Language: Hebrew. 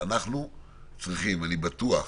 שלום, אדוני ראש העיר.